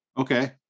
Okay